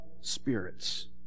spirits